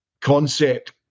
concept